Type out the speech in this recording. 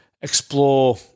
explore